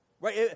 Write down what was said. Right